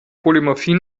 polymorphie